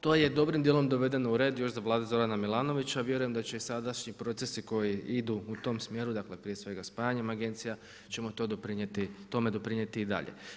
To je dobrim djelom dovedeno u red još za Vlade Zorana Milanovića, vjerujem da će i sadašnji procesi koji idu u tom smjeru, dakle prije svega spajanjem agencija ćemo tome doprinijeti i dalje.